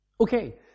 Okay